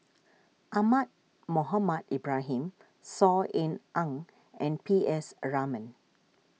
Ahmad Mohamed Ibrahim Saw Ean Ang and P S a Raman